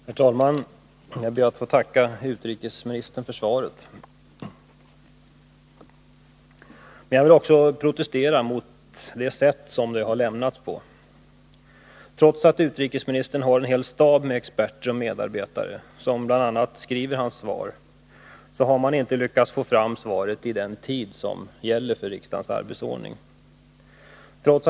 Herr talman! Jag ber att få tacka utrikesministern för svaret. Jag vill samtidigt protestera mot det sätt varpå det har lämnats. Trots att utrikesministern har en hel stab av experter och medarbetare som bl.a. skriver hans svar, har man inte lyckats få fram detta svar inom den tid som gäller enligt riksdagens arbetsordning.